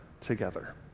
together